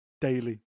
daily